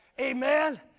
Amen